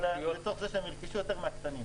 אלא לצורך זה שהם ירכשו יותר מהקטנים.